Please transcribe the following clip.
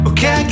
Okay